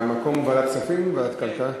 והמקום הוא ועדת כספים או ועדת הכלכלה?